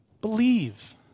believe